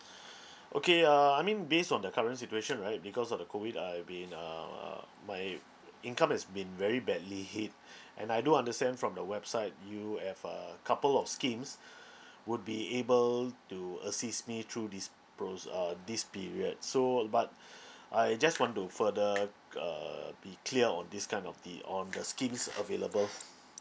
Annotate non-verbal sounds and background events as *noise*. *breath* okay uh I mean based on the current situation right because of the COVID I've been uh uh my income has been very badly hit and I do understand from the website you have a couple of schemes *breath* would be able to assist me through this pros~ uh this period so but I just want to further uh be clear on this kind of the on the schemes available